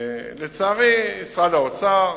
לצערי, משרד האוצר,